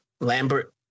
Lambert